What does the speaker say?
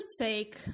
take